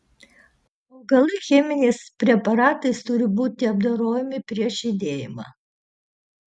augalai cheminiais preparatais turi būti apdorojami prieš žydėjimą